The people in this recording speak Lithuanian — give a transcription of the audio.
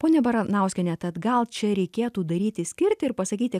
ponia baranauskiene tad gal čia reikėtų daryti skirtį ir pasakyti